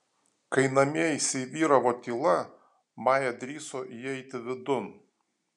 kai namie įsivyravo tyla maja drįso įeiti vidun